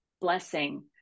blessing